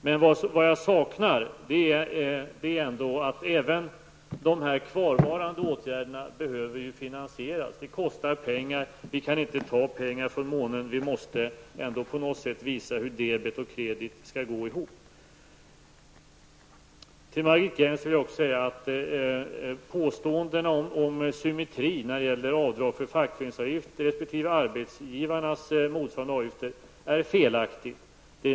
Men det jag saknar är insikt om att även att dessa kvarvarande åtgärder behöver finansieras. Det kostar pengar, och vi kan inte ta pengar från månen. Vi måste ändå på något sätt visa hur debet och kredit skall gå ihop. Påståendena om symmetri när det gäller avdrag för fackföreningsavgifter resp. arbetsgivarnas motsvarande avgifter är felaktiga, Margit Gennser.